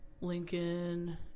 lincoln